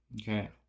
Okay